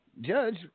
Judge